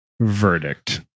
verdict